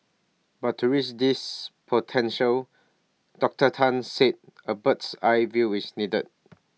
but to reach this potential Doctor Tan said A bird's eye view is needed